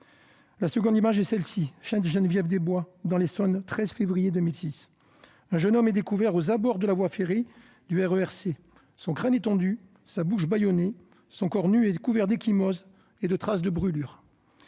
La seconde image est celle-ci : Sainte-Geneviève-des-Bois, dans l'Essonne, le 13 février 2006. Un jeune homme est découvert aux abords de la voie ferrée du RER C. Son crâne est tondu, sa bouche bâillonnée, son corps nu est couvert d'ecchymoses et de traces de brûlures.